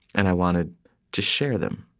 and i wanted to share them.